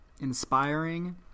inspiring